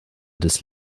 des